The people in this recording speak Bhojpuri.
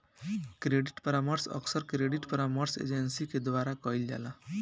क्रेडिट परामर्श अक्सर क्रेडिट परामर्श एजेंसी के द्वारा कईल जाला